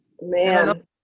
Man